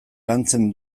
lantzen